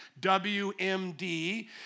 WMD